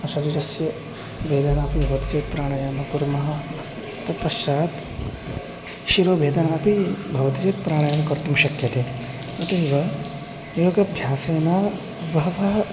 शरीरस्य वेदनापि भवति चेत् प्राणायामं कुर्मः तत्पश्चात् शिरोवेदनापि भवति चेत् प्राणायामः कर्तुं शक्यते अतः एव योगाभ्यासेन बहवः